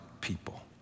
people